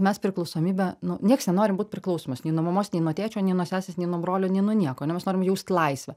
mes priklausomybę nu nieks nenorim būt priklausomas nei nuo mamos nei nuo tėčio nei nuo sesės nei nuo brolio nei nuo nieko ane mes norim jaust laisvę